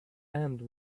end